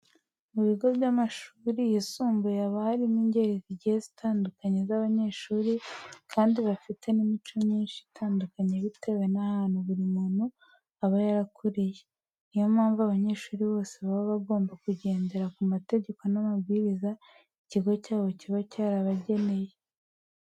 Mu bigo by'amashuri yisumbuye haba harimo ingeri zigiye zitandukanye z'abanyeshuri kandi bafite n'imico myinshi itandukanye bitewe n'ahantu buri muntu aba yarakuriye. Niyo mpamvu abanyeshuri bose baba bagomba kugendera ku mategeko n'amabwiriza ikigo cyabo kiba cyarabageneye.